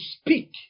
speak